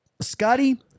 Scotty